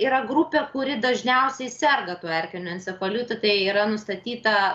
yra grupė kuri dažniausiai serga tuo erkiniu encefalitu tai yra nustatyta